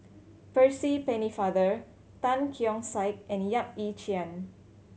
Percy Pennefather Tan Keong Saik and Yap Ee Chian